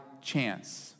Chance